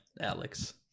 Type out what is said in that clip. Alex